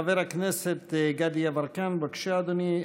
חבר הכנסת גדי יברקן, בבקשה, אדוני.